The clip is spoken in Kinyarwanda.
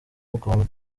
mugombwa